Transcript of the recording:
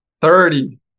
Thirty